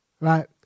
right